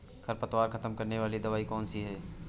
खरपतवार खत्म करने वाली दवाई कौन सी है?